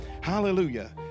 Hallelujah